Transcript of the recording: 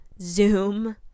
zoom